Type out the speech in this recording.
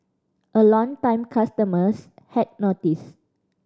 and longtime customers had noticed